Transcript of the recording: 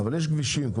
אבל יש כבישים אחרים,